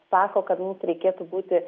sako kad mums reikėtų būti